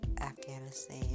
Afghanistan